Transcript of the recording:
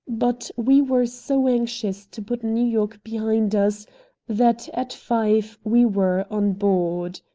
but we were so anxious to put new york behind us that at five we were on board.